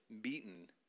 beaten